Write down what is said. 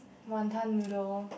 wanton noodle